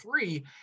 three